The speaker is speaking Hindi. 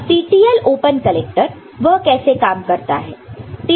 अब TTL ओपन कलेक्टर वह कैसे काम करता है